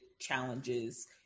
challenges